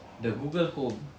the Google home